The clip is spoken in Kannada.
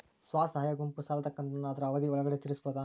ಸ್ವಸಹಾಯ ಗುಂಪು ಸಾಲದ ಕಂತನ್ನ ಆದ್ರ ಅವಧಿ ಒಳ್ಗಡೆ ತೇರಿಸಬೋದ?